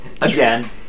Again